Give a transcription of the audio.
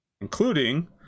including